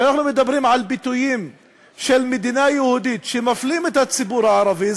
כשאנחנו מדברים על ביטויים של מדינה יהודית שמפלים את הציבור הערבי,